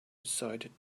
decided